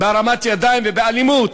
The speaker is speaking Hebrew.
על הרמת ידיים ואלימות.